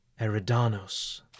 Eridanos